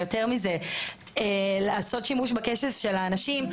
יותר מזה לעשות שימוש בכסף של האנשים,